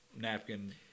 napkin